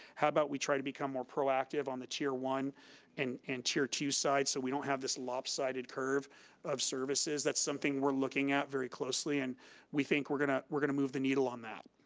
how about we try to become more proactive on the tier one and and tier two side, so we don't have this lopsided curve of services. that's something we're looking at very closely and we think we're gonna we're gonna move the needle on that.